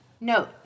note